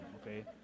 okay